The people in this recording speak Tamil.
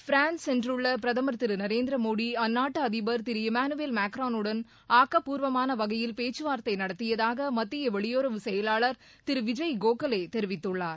பிரான்ஸ் சென்றுள்ள பிரதமர் திரு நரேந்திரமோடி அந்நாட்டு அதிபர் திரு இமானுவேல் மேக்ரானுடன் ஆக்கப்பூர்வமான வகையில் பேச்சுவார்த்தை நடத்தியதாக மத்திய வெளியுறவு செயலாளர் திரு விஜய் கோகலே தெரிவித்துள்ளார்